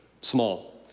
Small